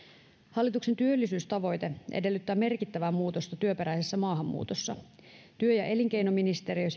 hallituksen työllisyystavoite edellyttää merkittävää muutosta työperäisessä maahanmuutossa työ ja elinkeinoministeriö